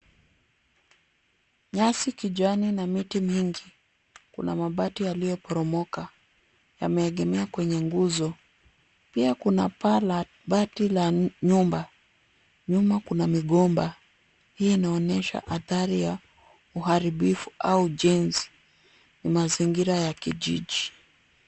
Nyasi kijani na miti mingi, kuna mabati yaliyoporomoka, yameegemea kwenye nguzo, pia kuna paa la bati la nyumba, nyuma kuna migomba, hii inaonyesha athari ya uharibifu au ujenzi, ni mazingira ya kijiji.